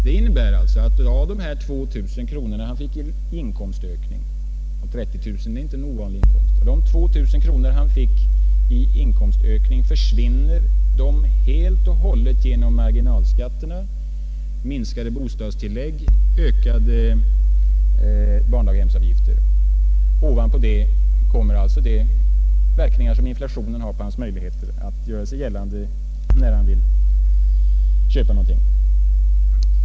Det innebär att de 2 000 kronor som Svensson fick i inkomstökning — 30 000 kronor är inte någon ovanlig inkomst — försvinner helt och hållet genom marginalskatter, minskade bostadstillägg och ökade barndaghemsavgifter. Ovanpå det kommer alltså de verkningar som inflationen har på hans möjligheter att göra sig gällande när han vill köpa någonting.